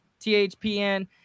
THPN